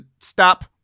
stop